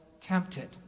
tempted